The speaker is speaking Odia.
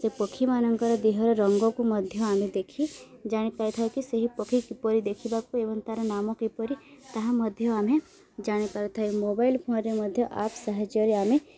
ସେ ପକ୍ଷୀମାନଙ୍କର ଦେହର ରଙ୍ଗକୁ ମଧ୍ୟ ଆମେ ଦେଖି ଜାଣିପାରିଥାଉ କି ସେହି ପକ୍ଷୀ କିପରି ଦେଖିବାକୁ ଏବଂ ତାର ନାମ କିପରି ତାହା ମଧ୍ୟ ଆମେ ଜାଣିପାରିଥାଉ ମୋବାଇଲ୍ ଫୋନ୍ରେ ମଧ୍ୟ ଆପ୍ ସାହାଯ୍ୟରେ ଆମେ